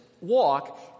walk